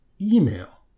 email